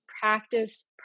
practice